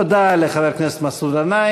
תודה לחבר הכנסת